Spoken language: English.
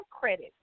credit